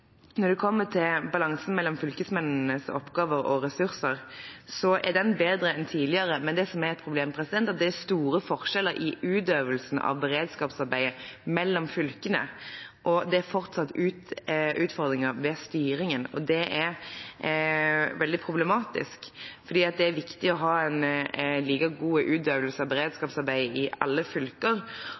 når det kommer til balansen mellom fylkesmennenes oppgaver og ressurser, er den bedre enn tidligere, men det som er et problem, er at det er store forskjeller i utøvelsen av beredskapsarbeidet mellom fylkene. Det er fortsatt utfordringer ved styringen, og det er veldig problematisk, for det er viktig å ha en like god utøvelse av beredskapsarbeidet i alle fylker.